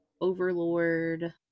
Overlord